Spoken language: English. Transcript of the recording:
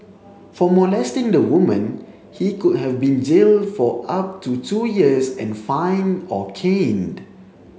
for molesting the woman he could have been jailed for up to two years and fined or caned